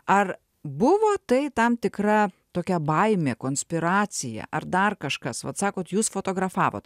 ar buvo tai tam tikra tokia baimė konspiracija ar dar kažkas vat sakot jūs fotografavot